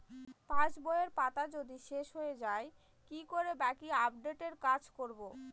পাসবইয়ের পাতা যদি শেষ হয়ে য়ায় কি করে বাকী আপডেটের কাজ করব?